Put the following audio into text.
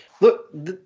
look